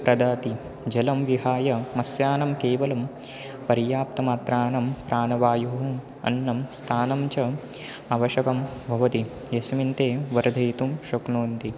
प्रदाति जलं विहाय मत्स्यानां केवलं पर्याप्तमात्रानां प्राणवायुः अन्नं स्थानं च आवश्यकं भवति यस्मिन् ते वर्धयितुं शक्नुवन्ति